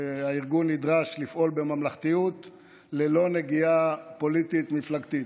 שהארגון נדרש לפעול בממלכתיות ללא נגיעה פוליטית-מפלגתית.